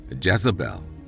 Jezebel